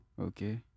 Okay